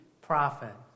prophet